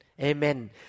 Amen